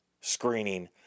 screening